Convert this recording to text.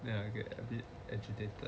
ya you get a bit agitated